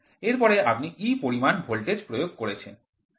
এর পরে আপনি E পরিমাণ ভোল্টেজ প্রয়োগ করেছেন